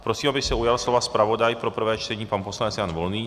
Prosím, aby se ujal slova zpravodaj pro prvé čtení pan poslanec Jan Volný.